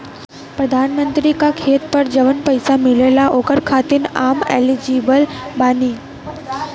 प्रधानमंत्री का खेत पर जवन पैसा मिलेगा ओकरा खातिन आम एलिजिबल बानी?